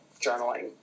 journaling